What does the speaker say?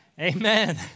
Amen